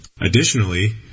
Additionally